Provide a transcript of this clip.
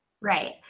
Right